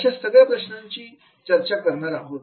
अशा सगळ्या प्रश्नांची चर्चा करणार आहोत